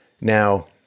Now